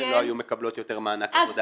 הן לא היו מקבלות יותר מענק עבודה.